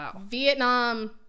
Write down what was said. Vietnam